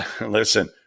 listen –